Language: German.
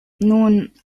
nun